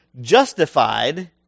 justified